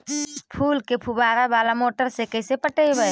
फूल के फुवारा बाला मोटर से कैसे पटइबै?